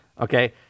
Okay